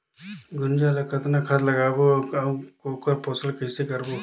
गुनजा मा कतना खाद लगाबो अउ आऊ ओकर पोषण कइसे करबो?